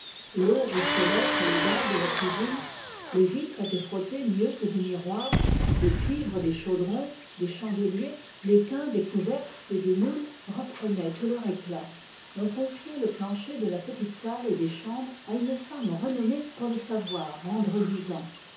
l'eau ruisselait sur les dalles de la cuisine les vitres étaient frottées mieux que des miroirs le cuivre des chaudrons des chandeliers l'étain des couvercles et des moules reprenaient tout leur éclat on confiait le plancher de la petite salle et des chambres à une femme renommée pour le savoir rendre luisant